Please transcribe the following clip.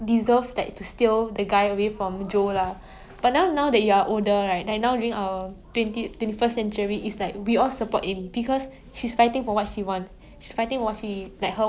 so but one thing about the family's part about the book is that they make it very clear during the ending like where she was like writing a book that she had to give herself a love story because women needed a guy at the time